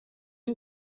une